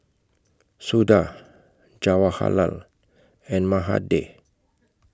Suda Jawaharlal and Mahade